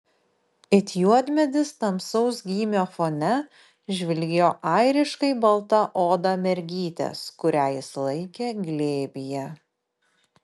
it juodmedis tamsaus gymio fone žvilgėjo airiškai balta oda mergytės kurią jis laikė glėbyje